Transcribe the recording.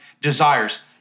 desires